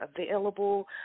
available